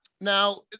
now